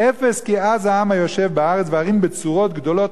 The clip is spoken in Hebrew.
"אפס כי עז העם הישב בארץ והערים בצֻרות גדֹלֹת